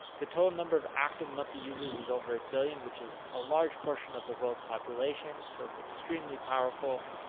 the total number of active monthly users is over a billion, which is a large portion of the world's population. so it's extremely powerful.